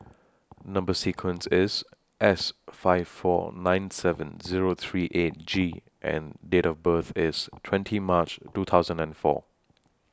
Number sequence IS S five four nine seven Zero three eight G and Date of birth IS twenty March two thousand and four